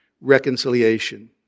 reconciliation